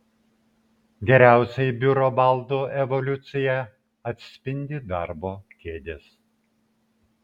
geriausiai biuro baldų evoliuciją atspindi darbo kėdės